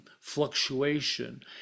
fluctuation